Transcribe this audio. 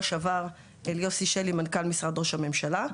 שעבר אל יוסי שלי מנכ"ל משרד ראש הממשלה,